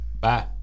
Bye